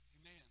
Amen